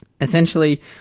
Essentially